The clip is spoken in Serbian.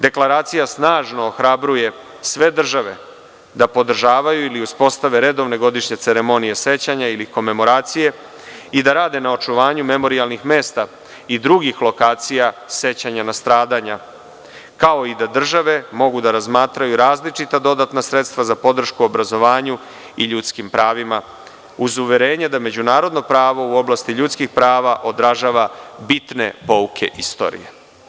Deklaracija snažno ohrabruje sve države da podržavaju ili uspostave redovne godišnje ceremonije sećanja ili komemoracije i da rade na očuvanju memorijalnih mesta i drugih lokacija sećanja na stradanja, kao i da države mogu da razmatraju različita dodatna sredstva za podršku obrazovanju i ljudskim pravima, uz uverenje da međunarodno pravo u oblasti ljudskih prava odražava bitne pouke istorije.